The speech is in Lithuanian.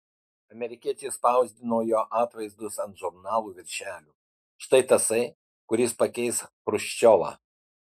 amerikiečiai spausdino jo atvaizdus ant žurnalų viršelių štai tasai kuris pakeis chruščiovą